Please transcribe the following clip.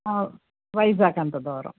వైజాగ్ అంత దూరం